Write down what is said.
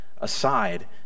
aside